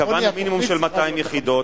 קבענו מינימום של 200 יחידות,